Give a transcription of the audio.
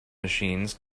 machines